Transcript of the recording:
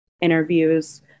interviews